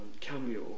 cameo